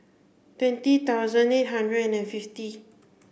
twenty thousand eight hundred and fifty